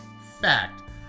Fact